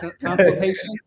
Consultation